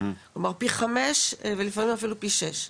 כלומר, פי 5 ולפעמים אפילו פי 6,